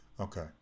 Okay